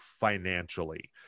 financially